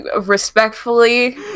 respectfully